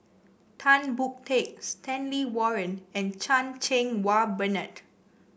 Tan Boon Teik Stanley Warren and Chan Cheng Wah Bernard